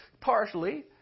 partially